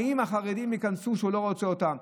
הוא רוצה שידברו על האם החרדים ייכנסו כשהוא לא רוצה אותם.